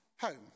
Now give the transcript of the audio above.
home